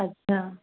अछा